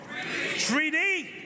3D